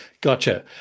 Gotcha